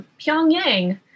Pyongyang